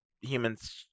humans